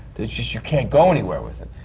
it's just you can't go anywhere with it.